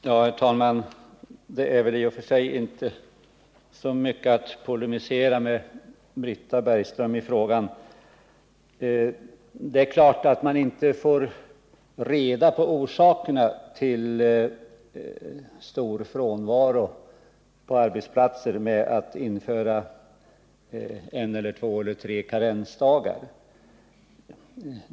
Herr talman! Det är väl i och för sig inte så stor anledning att polemisera med Britta Bergström i denna fråga. Det är klart att man inte får reda på orsakerna till stor frånvaro på arbetsplatserna genom att införa en, två eller tre karensdagar.